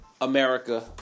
America